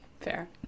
Fair